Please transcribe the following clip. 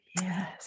Yes